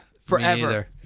forever